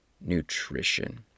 nutrition